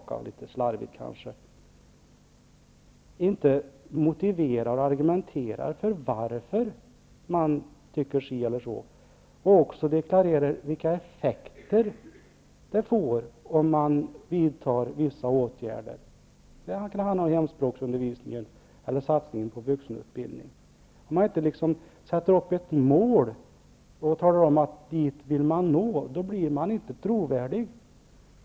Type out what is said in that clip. Om man som politiker inte motiverar och argumenterar varför man tycker si eller så, inte deklarerar vilka effekter vissa åtgärder får t.ex. i fråga om hemspråkundervisning eller satsning på vuxenutbildning, inte sätter upp ett mål och talar om att man vill nå dit, då blir man inte trovärdig.